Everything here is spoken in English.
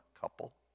couple